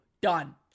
Done